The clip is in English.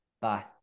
Bye